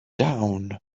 down